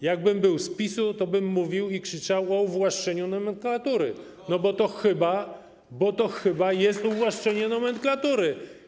Jakbym był z PiS-u, tobym mówił i krzyczał o uwłaszczeniu nomenklatury, no bo to chyba jest uwłaszczenie nomenklatury.